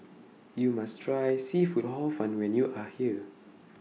YOU must Try Seafood Hor Fun when YOU Are here